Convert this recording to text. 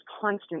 constant